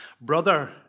Brother